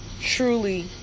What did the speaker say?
truly